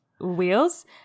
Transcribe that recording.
wheels